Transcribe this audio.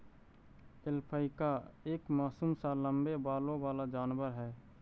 alpaca एक मासूम सा लम्बे बालों वाला जानवर है